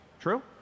True